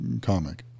comic